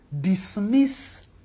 dismiss